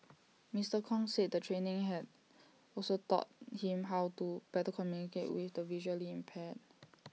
Mister Kong said the training has also taught him how to better communicate with the visually impaired